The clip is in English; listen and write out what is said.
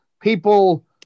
people